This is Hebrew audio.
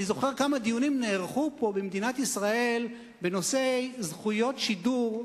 אני זוכר כמה דיונים נערכו במדינת ישראל בנושא זכויות שידור,